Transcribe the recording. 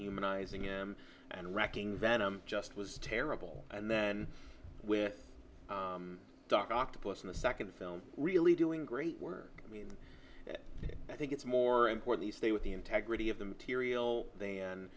humanizing him and wrecking venom just was terrible and then with dr octopus in the second film really doing great work i mean i think it's more important to stay with the integrity of the material than